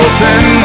Open